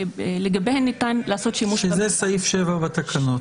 שלגביהן ניתן לעשות שימוש -- שזה סעיף 7 בתקנות.